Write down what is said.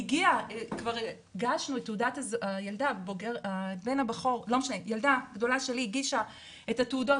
היא הגיעה, ילדה גדולה שלי הגישה את התעודות,